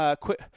quick